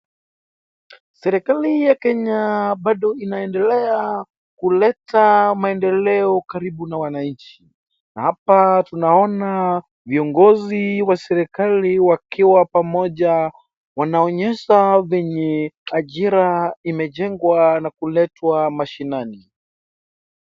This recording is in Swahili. Serikali ya Kenya bado inaendelea kuleta maendelo karibu na wananchi. Hapa tunaona viongozi wa serikali wakiwa pamoja, wanaonyesha venye ajira imejengwa na kuletwa mashinani.